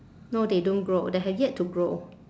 no they don't grow they have yet to grow